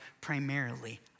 primarily